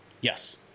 Yes